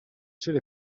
chili